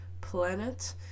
planet